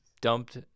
dumped